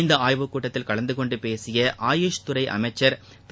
இந்த ஆய்வு கூட்டத்தில் கலந்துகொண்டு பேசிய ஆயுஷ் துறை அமைச்சர் திரு